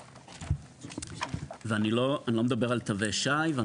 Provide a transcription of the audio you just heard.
מה שאני הולך להגיד עכשיו הוא